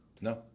No